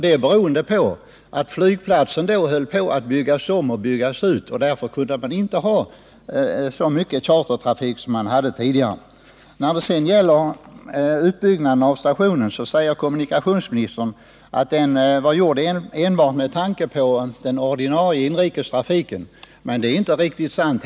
Det berodde på att man då höll på att bygga om och bygga ut flygplatsen och därför inte kunde ha lika mycket chartertrafik som tidigare. När det sedan gäller utbyggnaden av stationen säger kommunikationsministern att den gjordes enbart med tanke på den ordinarie inrikestrafiken. Men det är inte heller riktigt sant.